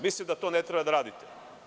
Mislim da to ne treba da radite.